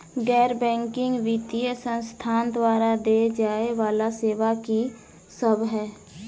गैर बैंकिंग वित्तीय संस्थान द्वारा देय जाए वला सेवा की सब है?